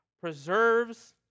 preserves